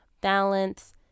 balance